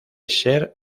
ser